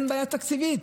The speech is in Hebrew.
אין בעיה תקציבית.